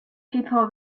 people